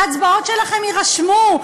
ההצבעות שלכם יירשמו.